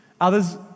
Others